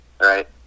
right